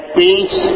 peace